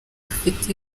bufite